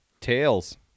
Tails